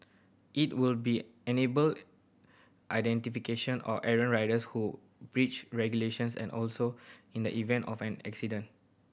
it will be enable identification of errant riders who breach regulations and also in the event of an accident